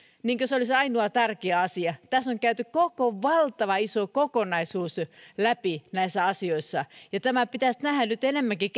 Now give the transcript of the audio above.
kuin se olisi ainoa tärkeä asia tässä on käyty koko valtavan iso kokonaisuus läpi näissä asioissa ja tämä pitäisi nähdä nyt keskustelussa enemmänkin